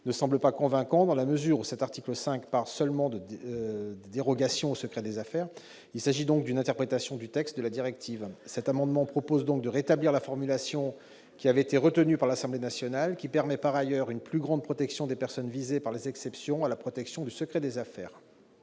ne semble pas convaincant, dans la mesure où cet article traite seulement des « dérogations » au secret des affaires. Il s'agit donc d'une interprétation du texte de la directive. Par cet amendement, nous proposons de rétablir la formulation retenue par l'Assemblée nationale, qui permet par ailleurs une plus grande protection des personnes visées par les exceptions à la protection du secret des affaires.